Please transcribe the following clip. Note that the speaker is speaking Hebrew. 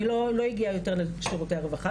או לא הגיעה יותר לשירותי הרווחה.